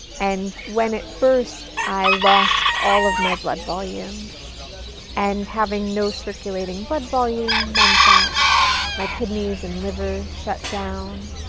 and when it burst, i lost all of my blood volume and having no circulating blood volume meant that my kidneys and liver shut down,